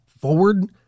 forward